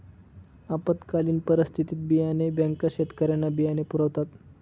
आपत्कालीन परिस्थितीत बियाणे बँका शेतकऱ्यांना बियाणे पुरवतात